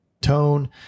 tone